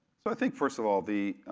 so i think first of all, the,